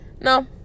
no